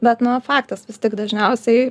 bet nu faktas vis tik dažniausiai